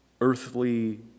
earthly